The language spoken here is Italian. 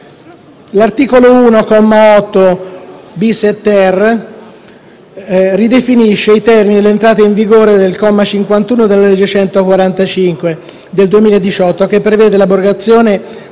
8-*ter*, ridefinisce i termini dell'entrata in vigore del comma 51 della legge n. 145 del 2018, che prevede l'abrogazione